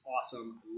awesome